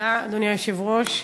אדוני היושב-ראש,